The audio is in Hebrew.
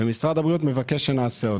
משרד הבריאות מבקש שנעשה אותו.